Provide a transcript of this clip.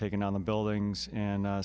taking on the buildings and